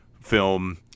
film